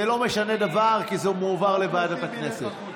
זה לא משנה דבר, כי זה מועבר לוועדת הכנסת.